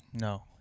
No